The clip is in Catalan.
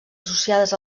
associades